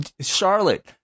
Charlotte